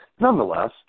nonetheless